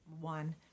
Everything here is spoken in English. one